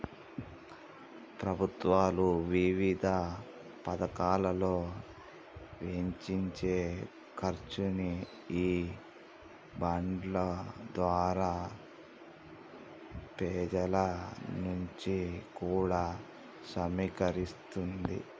ప్రభుత్వాలు వివిధ పతకాలలో వెచ్చించే ఖర్చుని ఈ బాండ్ల ద్వారా పెజల నుంచి కూడా సమీకరిస్తాది